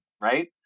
Right